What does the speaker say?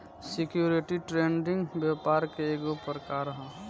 security trading व्यापार के ईगो प्रकार ह